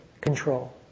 control